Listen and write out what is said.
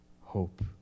hope